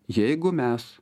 jeigu mes